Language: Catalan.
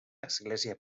església